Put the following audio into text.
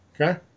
Okay